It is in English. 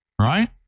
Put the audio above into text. Right